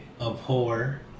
abhor